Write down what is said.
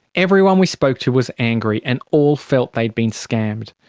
everyone we spoke to was angry and all felt they'd been scammed.